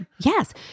Yes